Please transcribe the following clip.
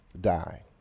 die